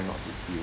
not to feel